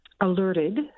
alerted